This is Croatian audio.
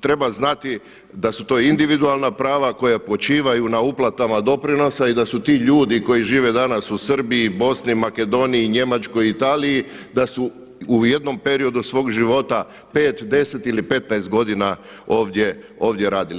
treba znati da su to individualna prava koja počivaju na uplatama doprinosa i da su ti ljudi koji žive danas u Srbiji, Bosni, Makedoniji, Njemačkoj i Italiji da su u jednom periodu svog života, 5, 10 ili 15 godina ovdje radili.